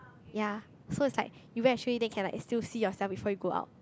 ya so it's like you can actually then can like still see yourself before you go out